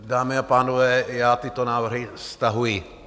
Dámy a pánové, já tyto návrhy stahuji.